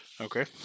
Okay